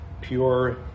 pure